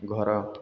ଘର